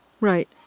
Right